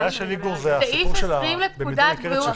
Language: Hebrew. הבעיה שלי היא "במידה ניכרת".